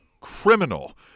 criminal